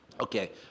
okay